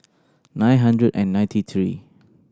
nine hundred and ninety three